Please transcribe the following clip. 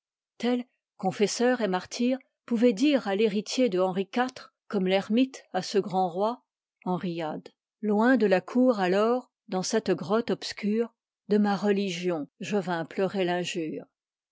confesseur et martyr pouvoit dire à fliéritier de henri iv comme thermite à ce grand roi irenriade loin de la cour alors dans celte grotte obscure de ma religion je vins pleurer l'injure